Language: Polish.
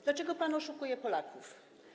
Dlaczego pan oszukuje Polaków?